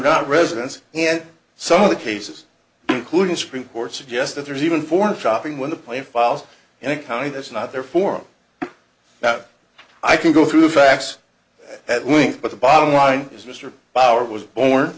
not residents and some of the cases including supreme court suggest that there's even for shopping when the plane files in a county that's not there form that i can go through fax at link but the bottom line is mr bauer was born